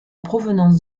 provenance